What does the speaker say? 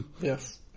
Yes